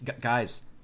guys